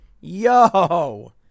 Yo